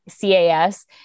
CAS